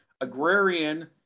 agrarian